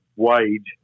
Wage